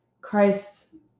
Christ